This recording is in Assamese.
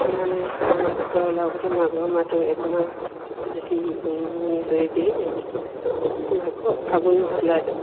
মানে হাঁহ কুকুৰা ওলাওতে মাঘৰ মাহটো একমাহ যদি উমনি লৈ দিয়ে মাঘ ফাগুণ মাহত ওলাই যাব